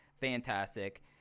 fantastic